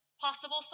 possible